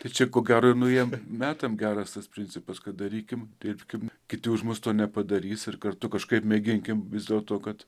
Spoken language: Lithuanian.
tai čia ko gero ir naujiem metam geras tas principas kad darykim dirbkim kiti už mus to nepadarys ir kartu kažkaip mėginkim vis dėl to kad